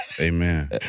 Amen